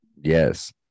Yes